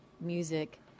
music